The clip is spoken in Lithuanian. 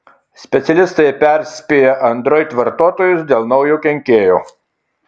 specialistai perspėja android vartotojus dėl naujo kenkėjo